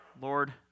Lord